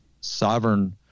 sovereign